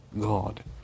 God